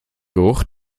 geruch